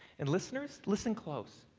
and listeners, listen close.